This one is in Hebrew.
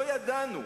לא ידענו,